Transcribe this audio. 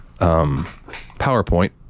PowerPoint